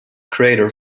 crater